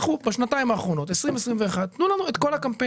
לכו לשנתיים האחרונות 20'-21' ותנו לנו את כל הקמפיינים.